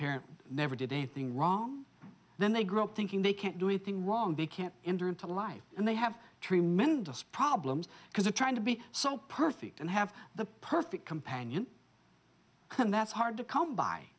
parents never did anything wrong then they grow up thinking they can't do anything wrong they can't enter into life and they have tremendous problems because they're trying to be so perfect and have the perfect companion can that's hard to come by